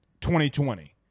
2020